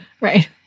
Right